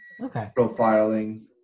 Profiling